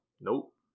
nope